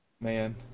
Man